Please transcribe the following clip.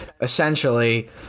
essentially